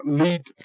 lead